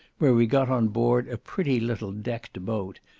where we got on board a pretty little decked boat,